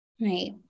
Right